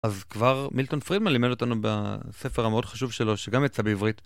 אז כבר מילטון פרידמן לימד אותנו בספר המאוד חשוב שלו, שגם יצא בעברית.